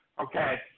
okay